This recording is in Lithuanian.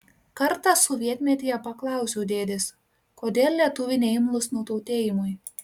kartą sovietmetyje paklausiau dėdės kodėl lietuviai neimlūs nutautėjimui